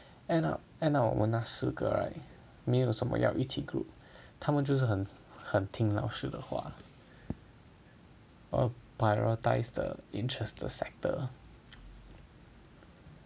end up end up 我们那四个 right 没有要一起 group 他们就是很很听老师的话 ah prioritise the interested sector